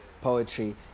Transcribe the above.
Poetry